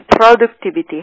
productivity